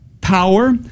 power